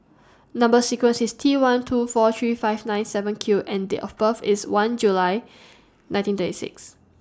Number sequence IS T one two four three five nine seven Q and Date of birth IS one July nineteen thirty six